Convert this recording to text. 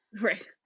Right